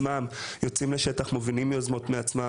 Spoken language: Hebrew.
יוצאים לשטח ויוזמים תוכניות בעצמם.